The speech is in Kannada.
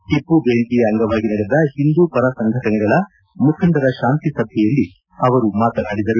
ಟಿಪ್ಪು ಜಯಂತಿಯ ಅಂಗವಾಗಿ ನಡೆದ ಹಿಂದೂಪರ ಸಂಘಟನೆಗಳ ಮುಖಂಡರ ಶಾಂತಿ ಸಭೆಯಲ್ಲಿ ಅವರು ಮಾತನಾಡಿದರು